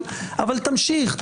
אבל תמשיך.